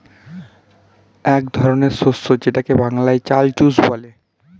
এক ধরনের শস্য যেটাকে বাংলায় চাল চুষ বলে